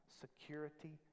security